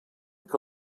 que